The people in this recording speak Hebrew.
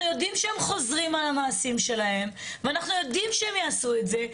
יודעים שהם חוזרים על המעשים שלהם ואנחנו יודעים שהם יעשו את זה,